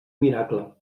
miracle